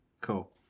Cool